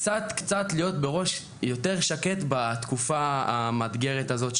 קצת קצת בראש יותר שקט בתקופה המאתגרת הזאת,